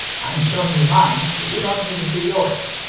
i'm showing you mine so you don't need to see yours.